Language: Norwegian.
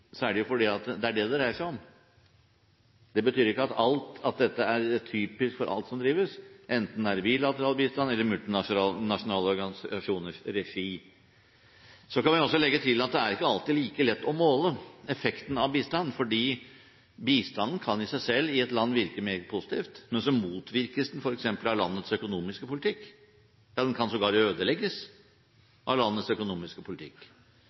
er det fordi det er det det dreier seg om. Det betyr ikke at dette er typisk for alt som drives – enten det er bilateral bistand eller i regi av multinasjonale organisasjoner. Så kan vi også legge til at det er ikke alltid like lett å måle effekten av bistand, for bistanden kan i seg selv i et land virke meget positivt, men så motvirkes den